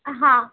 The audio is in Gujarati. હા